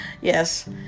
Yes